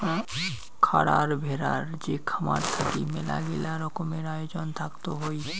খারার ভেড়ার যে খামার থাকি মেলাগিলা রকমের আয়োজন থাকত হই